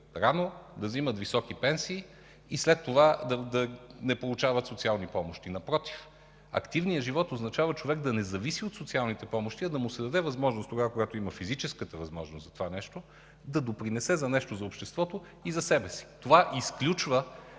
рано, да вземат високи пенсии и след това да не получават социални помощи. Напротив, „активният живот” означава човек да не зависи от социалните помощи, а да му се даде възможност, когато има физическата възможност за това нещо, да допринесе с нещо за обществото и за себе си. Това изключва